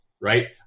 right